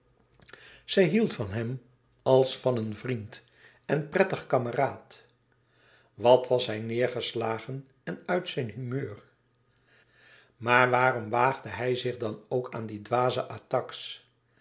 zij hield van hem als van een vriend en prettig kameraad wat was hij neêrgeslagen en uit zijn humeur maar waarom waagde hij zich dan ook aan die dwaze